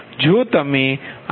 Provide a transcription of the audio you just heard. જો તમે આપેલ 266